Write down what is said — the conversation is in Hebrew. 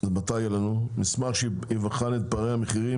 מתי יהיה לנו מסמך שיבחן את פערי המחירים